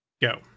go